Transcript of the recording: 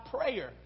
prayer